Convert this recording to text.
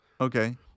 Okay